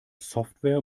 software